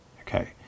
Okay